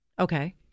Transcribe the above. Okay